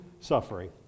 suffering